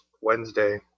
wednesday